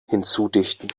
hinzudichten